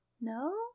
No